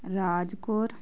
Raj Kaur